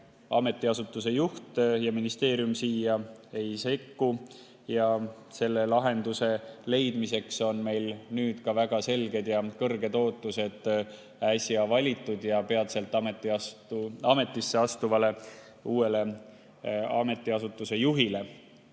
ametiasutuse juht ja ministeerium siia ei sekku. Lahenduse leidmiseks on meil nüüd väga selged ja kõrged ootused äsja valitud ja peatselt ametisse astuvale uuele ametiasutuse juhile.